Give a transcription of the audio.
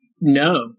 no